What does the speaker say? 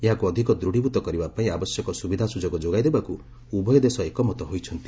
ଏହାକୁ ଅଧିକ ଦୃଢ଼ିଭୂତ କରିବା ପାଇଁ ଆବଶ୍ୟକ ସୁବିଧାସୁଯୋଗ ଯୋଗାଇ ଦେବାକୁ ଉଭୟ ଦେଶ ଏକମତ୍ର ହୋଇଛନ୍ତି